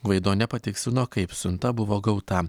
gvaido nepatikslino kaip siunta buvo gauta